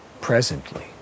Presently